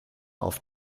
auf